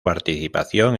participación